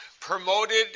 promoted